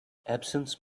absence